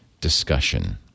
discussion